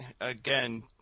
Again